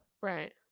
Right